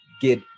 get